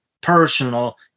personal